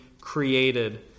created